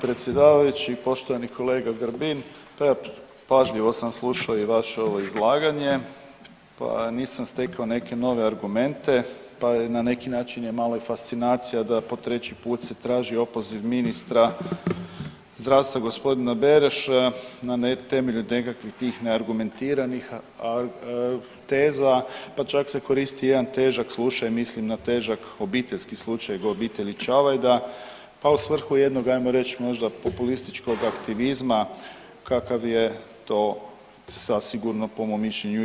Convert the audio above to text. Poštovani predsjedavajući i poštovani kolega Grbin, pa evo pažljivo sam slušao i vaše ovo izlaganje, pa nisam stekao neke nove argumente, pa je na neki način je malo i fascinacija da po treći put se traži opoziv ministra zdravstva g. Beroša, a ne na temelju nekakvih tih neargumentiranih teza, pa čak se koristi i jedan težak slučaj, mislim na težak obiteljski slučaj obitelji Čavajda, pa u svrhu jednog ajmo reć možda populističkog aktivizma kakav je to sa sigurno po mom mišljenju je.